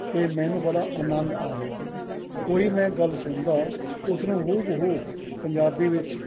ਅਤੇ ਮੈਨੂੰ ਬੜਾ ਆਨੰਦ ਆ ਰਿਹਾ ਸੀਗਾ ਕੋਈ ਮੈਂ ਗੱਲ ਸੁਣਦਾ ਉਸਨੂੰ ਹੂਬਹੂ ਪੰਜਾਬੀ ਵਿੱਚ